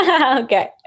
Okay